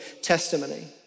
testimony